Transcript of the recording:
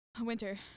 Winter